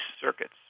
circuits